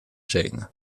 jane